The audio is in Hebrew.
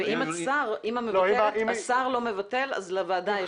ואם השר לא מבטל, אז לוועדה יש את הסמכות.